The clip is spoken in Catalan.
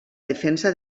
defensa